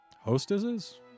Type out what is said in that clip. hostesses